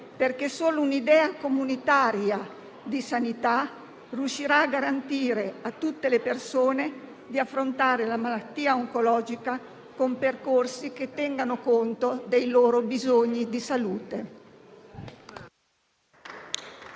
perché solo un'idea comunitaria di sanità riuscirà a garantire a tutte le persone di affrontare la malattia oncologica con percorsi che tengano conto dei loro bisogni di salute.